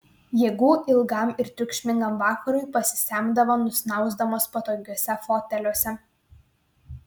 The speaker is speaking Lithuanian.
jėgų ilgam ir triukšmingam vakarui pasisemdavo nusnausdamos patogiuose foteliuose